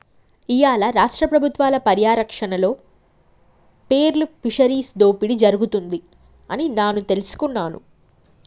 ఇయ్యాల రాష్ట్ర పబుత్వాల పర్యారక్షణలో పేర్ల్ ఫిషరీస్ దోపిడి జరుగుతుంది అని నాను తెలుసుకున్నాను